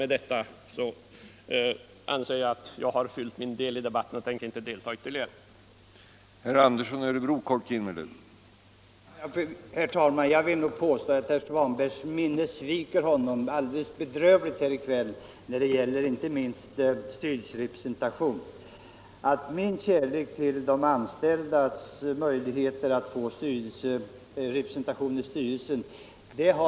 Med detta anser jag att jag har fullgjort min del av debatten och tänker inte delta ytterligare i den.